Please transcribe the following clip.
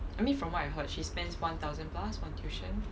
I mean from what I heard she spends one thousand plus on tuition